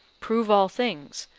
prove all things,